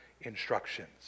instructions